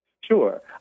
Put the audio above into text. Sure